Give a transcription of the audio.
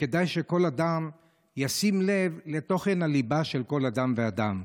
וכדאי שכל אדם ישים לב לתוכן הליבה של כל אדם ואדם.